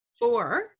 four